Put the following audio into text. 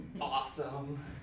Awesome